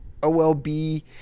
OLB